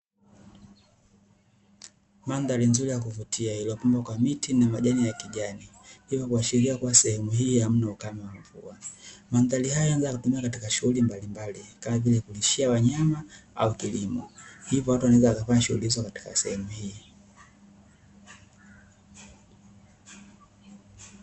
Mandhari nzuri ya kuvutia iliyopambwa kwa miti na majani ya kijani, hivyo kuashiria kuwa sehemu hii hamna ukame wa mvua. Mandhari hiyo yanaweza kutumika katika shughuli mbalimbali kama vile kuliishia wanyama au kilimo, hivyo watu wanaweza wakafanya shughuli hizo katika sehemu hii.